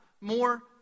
more